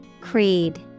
Creed